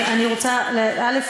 חבר הכנסת אמסלם, אני רוצה, א.